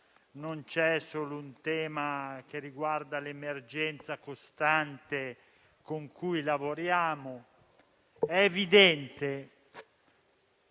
non c'è solo un tema che riguarda l'emergenza costante con cui lavoriamo. È evidente